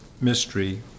Mystery